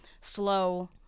slow